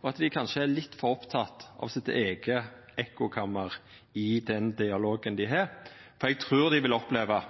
og at dei kanskje er litt for opptekne av sitt eige ekkokammer i den dialogen dei har, for eg trur dei vil oppleva